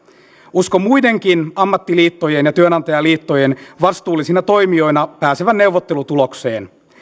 uskon muidenkin ammattiliittojen ja työnantajaliittojen vastuullisina toimijoina pääsevän neuvottelutulokseen